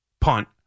punt